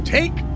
Take